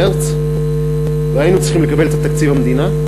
אנחנו אז נכנסנו במרס והיינו צריכים לקבל את תקציב המדינה,